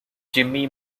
jimmy